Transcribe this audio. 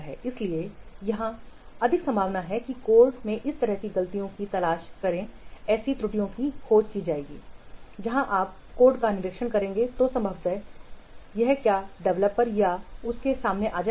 इसलिए यह अधिक संभावना है कि कोड में इस तरह की गलतियों की तलाश करके ऐसी त्रुटि की खोज की जाएगी जब आप कोड का निरीक्षण करेंगे तो संभवतः यह क्या डेवलपर या उसके सामने आ जाएगा